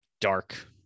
dark